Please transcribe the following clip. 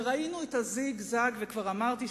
וראינו את הזיגזג וכבר אמרתי,